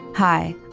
Hi